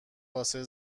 واسه